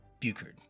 Buchard